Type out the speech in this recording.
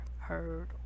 Heard